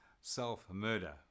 self-murder